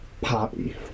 Poppy